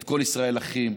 את "כל ישראל אחים",